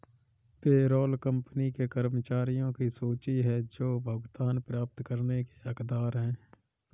payroll company के कर्मचारियों की सूची है जो भुगतान प्राप्त करने के हकदार हैं